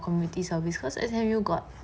community service cause S_M_U got